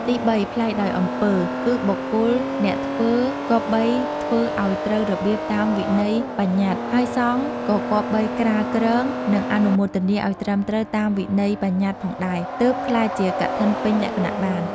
ទីបី ប្លែកដោយអំពើ គឺបុគ្គលអ្នកធ្វើគប្បីធ្វើឱ្យត្រូវរបៀបតាមវិន័យបញ្ញត្តិ ហើយសង្ឃក៏គប្បីក្រាលគ្រង និងអនុមោទនាឱ្យត្រឹមត្រូវតាមវិន័យប្បញ្ញត្តិផងដែរ ទើបក្លាយជាកឋិនពេញលក្ខណៈបាន។